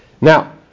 Now